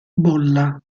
bolla